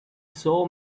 saw